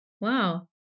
Wow